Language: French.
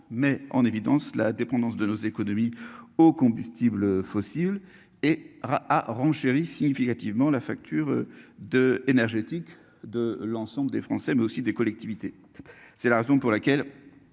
met en évidence la dépendance de nos économies aux combustibles fossiles et a renchéri significativement la facture de énergétique de l'ensemble des Français mais aussi des collectivités. C'est la raison pour laquelle.